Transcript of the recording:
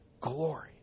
glory